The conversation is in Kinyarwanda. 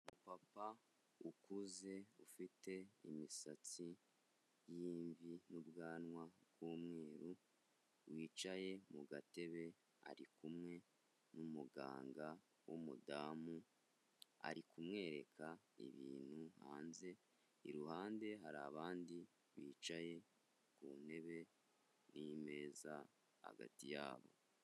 Umupapa ukuze ufite imisatsi y'imvi n'ubwanwa bmweru wicaye mu gatebe, ariku n'umuganga w'umudamu ari kumwereka ibintu hanze iruhande hari abandi bicaye ku ntebe n'imeza hagati ya bo.